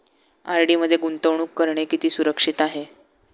RD मध्ये गुंतवणूक करणे किती सुरक्षित आहे?